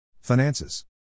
Finances